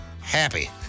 happy